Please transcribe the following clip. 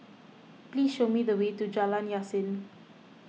please show me the way to Jalan Yasin